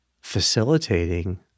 facilitating